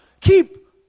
Keep